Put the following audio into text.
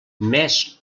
més